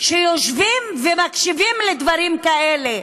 שיושבים ומקשיבים לדברים כאלה.